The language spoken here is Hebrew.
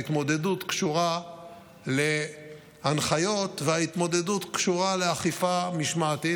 ההתמודדות קשורה להנחיות וההתמודדות קשורה לאכיפה משמעתית.